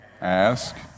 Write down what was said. ask